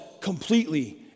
completely